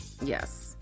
Yes